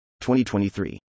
2023